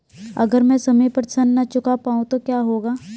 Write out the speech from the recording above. अगर म ैं समय पर ऋण न चुका पाउँ तो क्या होगा?